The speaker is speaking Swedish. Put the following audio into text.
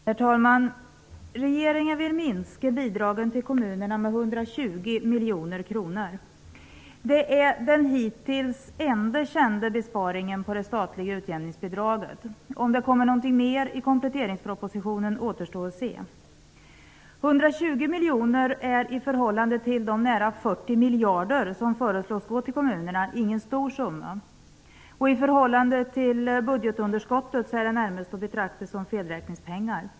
Herr talman! Regeringen vill minska bidragen till kommunerna med 120 miljoner kronor. Det är den hittills enda kända besparingen på det statliga utjämningsbidraget. Om det kommer mer i kompletteringspropositionen återstår att se. 120 miljoner är, i förhållande till de nära 40 miljarder som föreslås gå till kommunerna, ingen stor summa. I förhållande till budgetunderskottet är den närmast att betrakta som felräkningspengar.